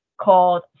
called